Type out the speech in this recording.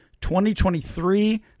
2023